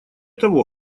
того